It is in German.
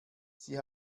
sie